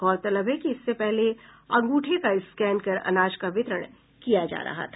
गौरतलब है कि इससे पहले अंगूठे का स्कैन कर अनाज का वितरण किया जा रहा था